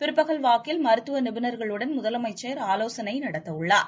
பிற்பகல்வாக்கில் மருத்து நிபுணர்களுடன் முதலமைச்சர் ஆலோசனை நடத்தவுள்ளார்